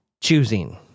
Choosing